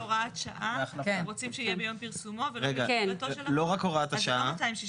הוראת שעה אתם רוצים שיהיה ביום פרסומו ולא בתחילתו של החוק.